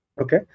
Okay